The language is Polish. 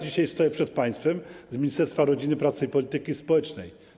Dzisiaj stoję przed państwem - z Ministerstwa Rodziny, Pracy i Polityki Społecznej.